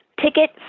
ticket